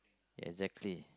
exactly